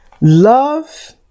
Love